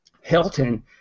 Hilton